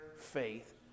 faith